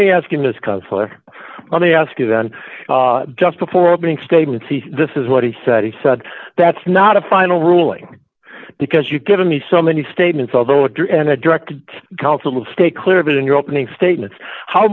me ask you then just before opening statements this is what he said he said that's not a final ruling because you've given me so many statements although address and a direct counsel stay clear of it in your opening statements how